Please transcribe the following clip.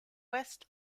west